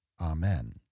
amen